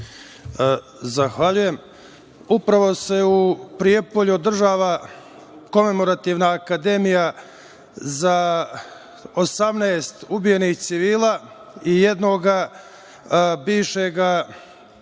Zahvaljujem. Upravo se u Prijepolju održava komemorativna akademija za 18 ubijenih civila i jednog bivšeg